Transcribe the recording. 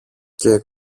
και